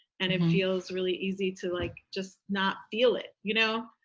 and it feels really easy to, like, just not feel it, you know,